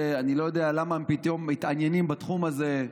אני לא יודע למה הם פתאום מתעניינים בתחום הזה,